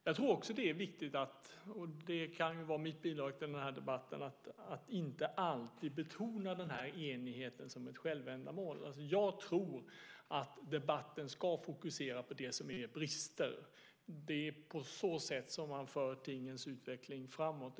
Jag tror också att det är viktigt - och det kan vara mitt bidrag till den här debatten - att inte alltid betona enigheten som ett självändamål. Jag tror att debatten ska fokusera på det som är brister. Det är på så sätt som man för tingens utveckling framåt.